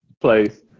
place